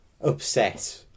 upset